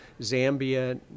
zambia